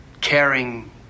caring